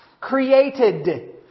created